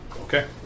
Okay